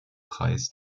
preis